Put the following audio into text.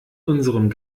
unserem